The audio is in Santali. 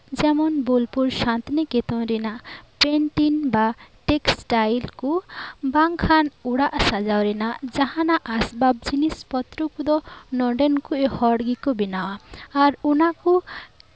ᱡᱮᱢᱚᱱ ᱵᱳᱞᱯᱩᱨ ᱥᱟᱱᱛᱤᱱᱤᱠᱮᱛᱚᱱ ᱨᱮᱭᱟᱜ ᱯᱨᱮᱱᱴᱤᱝ ᱵᱟ ᱴᱮᱠᱥᱴᱟᱭᱤᱞ ᱠᱚ ᱵᱟᱝᱠᱷᱟᱱ ᱚᱲᱟᱜ ᱥᱟᱡᱟᱣ ᱨᱮᱭᱟᱜ ᱡᱟᱦᱟᱱᱟᱜ ᱟᱥᱵᱟᱵ ᱡᱤᱱᱤᱥᱯᱚᱛᱨᱚ ᱠᱚᱫᱚ ᱱᱚᱰᱮᱱ ᱠᱚ ᱦᱚᱲ ᱜᱮᱠᱚ ᱵᱮᱱᱟᱣᱟ ᱟᱨ ᱚᱱᱟᱠᱚ